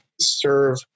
serve